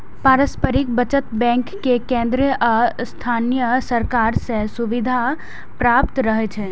पारस्परिक बचत बैंक कें केंद्र आ स्थानीय सरकार सं सुविधा प्राप्त रहै छै